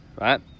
right